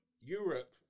Europe